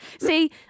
See